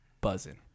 buzzing